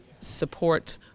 support